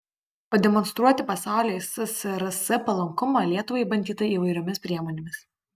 pademonstruoti pasauliui ssrs palankumą lietuvai bandyta įvairiomis priemonėmis